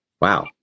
Wow